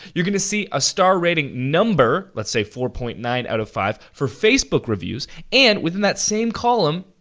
you're gonna see a star rating number, let's say four point nine out of five for facebook reviews, and within that same column,